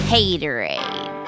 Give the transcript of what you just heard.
Haterade